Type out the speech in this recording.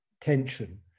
tension